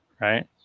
right